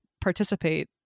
participate